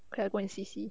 can I go and see see